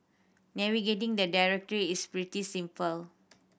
navigating the directory is pretty simple